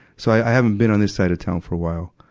so i, i haven't been on this side of town for a while.